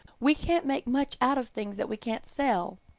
we can't make much out of things that we can't sell.